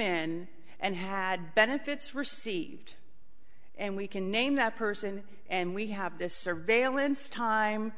in and had benefits received and we can name that person and we have this surveillance time